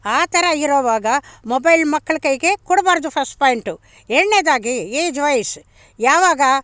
ಆ ಥರ ಇರುವಾಗ ಮೊಬೈಲ್ ಮಕ್ಳ ಕೈಗೆ ಕೊಡಬಾರ್ದು ಫಸ್ಟ್ ಪಾಯಿಂಟು ಎರಡನೇದಾಗಿ ಏಜ್ ವಯ್ಸ್ ಯಾವಾಗ